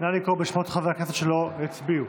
נא לקרוא בשמות חברי הכנסת שלא הצביעו.